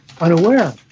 unaware